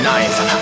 Ninth